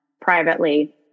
privately